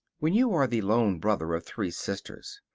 when you are the lone brother of three sisters,